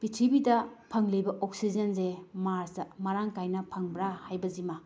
ꯄ꯭ꯔꯤꯊꯤꯕꯤꯗ ꯐꯪꯂꯤꯕ ꯑꯣꯛꯁꯤꯖꯦꯟꯁꯦ ꯃꯥꯔꯁꯇ ꯃꯔꯥꯡ ꯀꯥꯏꯅ ꯐꯪꯕ꯭ꯔꯥ ꯍꯥꯏꯕꯁꯤꯃ